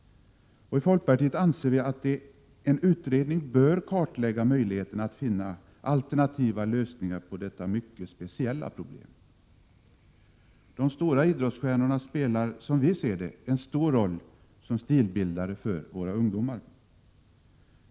I folkpartiet anser vi att en utredning bör kartlägga möjligheterna att finna alternativa lösningar på detta mycket speciella problem. De stora idrottsstjärnorna spelar, som vi ser det, en stor roll som stilbildare för våra ungdomar.